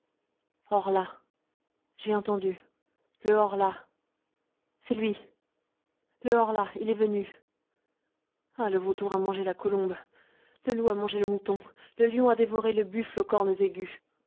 horla j'ai entendu le horla c'est lui le horla il est venu ah le vautour a mangé la colombe le loup a mangé le mouton le lion a dévoré le buffle aux cornes aiguës